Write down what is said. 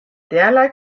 derlei